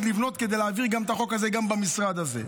עוד לבנות כדי להעביר את החוק הזה גם במשרד הזה: